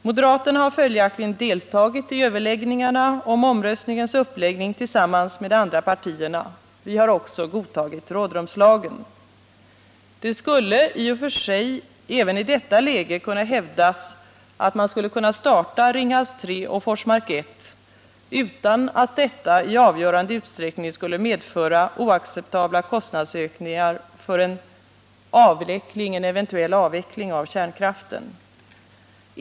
Moderaterna har följaktligen deltagit i överläggningarna om omröstningens uppläggning tillsammans med de andra partierna. Vi har också godtagit rådrumslagen. Det skulle i och för sig även i detta läge kunna hävdas att man skulle kunna starta Ringhals 3 och Forsmark 1 utan att detta i avgörande utsträckning skulle medföra oacceptabla kostnadsökningar för en eventuell avveckling av kärnkraften.